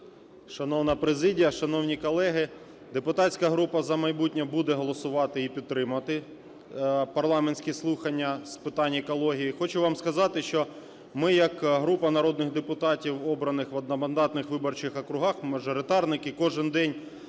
Шановна президія, шановні колеги! Депутатська група "За майбутнє" буде голосувати і підтримувати парламентські слухання з питань екології. І хочу вам сказати, що ми як група народних депутатів, обраних в одномандатних виборчих округах, мажоритарники, кожен день